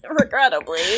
Regrettably